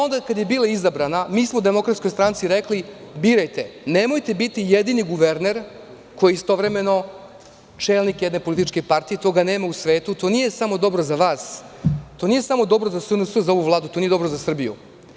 Onda kada je bila izabrana mi smo u DS rekli – birajte, nemojte biti jedini guverner koji je istovremeno čelnik jedne političke partije, toga nema u svetu, to nije dobro za vas, to nije dobro za SNS i za ovu Vladu, to nije dobro za Srbiju.